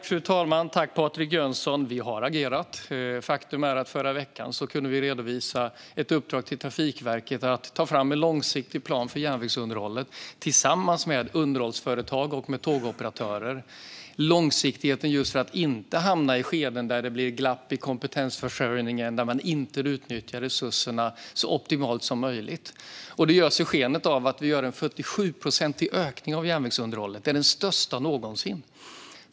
Fru talman! Tack, Patrik Jönsson, för frågan! Vi har agerat. Faktum är att vi förra veckan kunde redovisa ett uppdrag till Trafikverket att ta fram en långsiktig plan för järnvägsunderhållet tillsammans med underhållsföretag och tågoperatörer. Långsiktigheten är just för att man inte ska hamna i skeden där det blir glapp i kompetensförsörjningen, där man inte utnyttjar resurserna så optimalt som möjligt. Detta görs i skenet av att vi gör en 47-procentig ökning av järnvägsunderhållet. Det är den största någonsin.